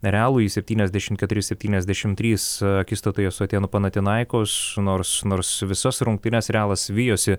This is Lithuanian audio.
realui septyniasdešimt keturi septyniasdešimt trys akistatoje su atėnų panatinaikos nors nors visas rungtynes realas vijosi